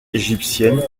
égyptienne